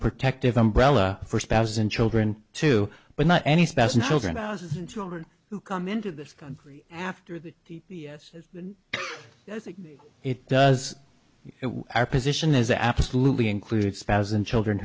protective umbrella for spouses and children too but not any spouse and children children who come into this country after that yes it does our position is absolutely include spouses and children